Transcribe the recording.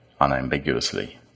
unambiguously